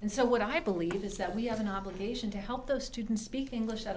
and so what i believe is that we have an obligation to help those students speak english at a